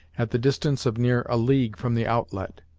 at the distance of near a league from the outlet.